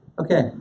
Okay